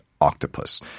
octopus